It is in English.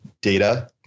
data